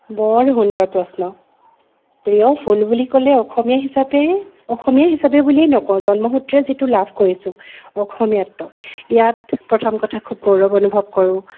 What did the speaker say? বৰ সুন্দৰ প্ৰশ্ন প্ৰিয় ফুল বুলি ক'লেই অসমীয়া হিচাপেই অসমীয়া হিচাপেই বুলিয়েই নকওঁ জন্মসূত্ৰে যিটো লাভ কৰিছো অসমীয়াত্ব ইয়াত প্ৰথম কথা খুব গৌৰৱ অনুভৱ কৰো